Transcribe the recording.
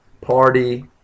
party